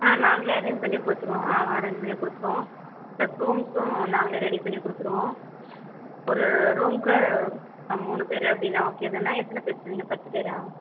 ஆ நாங்கள் அரேஞ்ச் பண்ணி கொடுத்துடுவோம் ஆ அரேஞ்ச் பண்ணி கொடுத்துடுவோம் ப்ளஸ் ரூம்ஸும் நாங்களே ரெடி பண்ணிக் கொடுத்துடுவோம் ஒரு ரூமுக்கு மூணு பேர் அப்படின்னா ஓகே தானே எத்தனை பேர் சொன்னிங்க பத்துபேரா